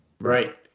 Right